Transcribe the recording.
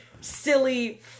silly